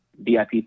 VIP